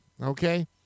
okay